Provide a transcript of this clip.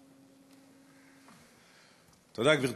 תודה, גברתי.